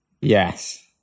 yes